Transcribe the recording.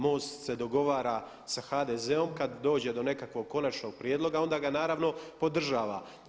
MOST se dogovara sa HDZ-om, kada dođe do nekakvog konačnog prijedloga onda ga naravno podržava.